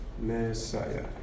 Messiah